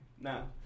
now